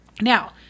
Now